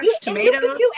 tomatoes